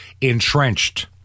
entrenched